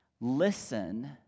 Listen